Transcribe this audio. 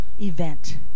event